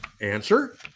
Answer